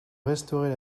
restaurer